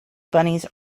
bunnies